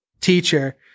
teacher